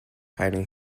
hiding